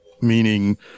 meaning